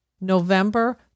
November